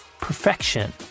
Perfection